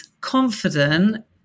confident